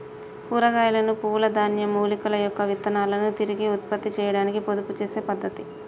కూరగాయలను, పువ్వుల, ధాన్యం, మూలికల యొక్క విత్తనాలను తిరిగి ఉత్పత్తి చేయాడానికి పొదుపు చేసే పద్ధతి